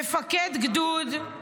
מפקד גדוד,